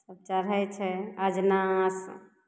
चढ़ै छै अजनास